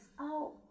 out